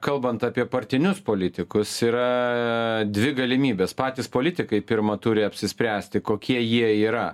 kalbant apie partinius politikus yra dvi galimybės patys politikai pirma turi apsispręsti kokie jie yra